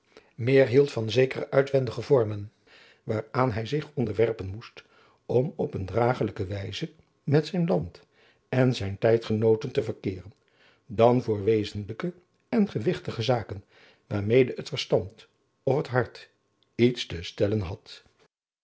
meer hield voor zekere uitwendige vormen waaraan hij zich onderwerpen moest om op eene dragelijke wijze met zijne land en tijdgenooten te verkeeren dan voor wezenlijke en gewigtige zaken waarmede het verstand of het hart iets te stellen had